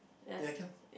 ya can